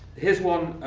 here's one.